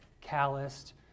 calloused